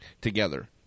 together